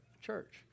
church